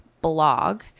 blog